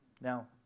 now